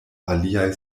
aliaj